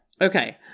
Okay